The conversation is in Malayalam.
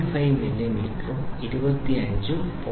5 മില്ലിമീറ്ററും 25 ഉം 0